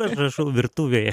aš rašau virtuvėje